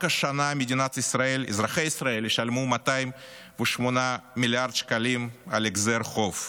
רק השנה אזרחי ישראל ישלמו 208 מיליארד שקלים על החזר חוב.